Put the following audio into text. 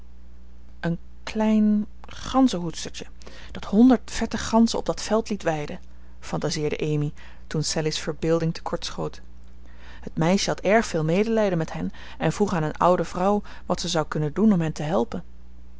door een klein ganzenhoedstertje dat honderd vette ganzen op dat veld liet weiden fantaseerde amy toen sallie's verbeelding te kort schoot het meisje had erg veel medelijden met hen en vroeg aan een oude vrouw wat ze zou kunnen doen om hen te helpen